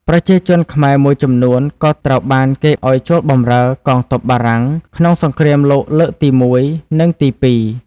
ប្រជាជនខ្មែរមួយចំនួនក៏ត្រូវបានកេណ្ឌឱ្យចូលបម្រើ កងទ័ពបារាំង ក្នុងសង្គ្រាមលោកលើកទីមួយ និងទីពីរ។